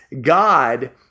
God